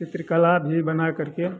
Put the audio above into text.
चित्रकला भी बना करके